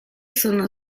sono